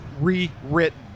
rewritten